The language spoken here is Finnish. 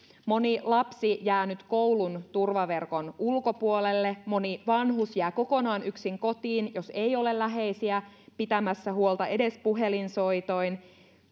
moni lapsi jää nyt koulun turvaverkon ulkopuolelle moni vanhus jää kokonaan yksin kotiin jos ei ole läheisiä pitämässä huolta edes puhelinsoitoin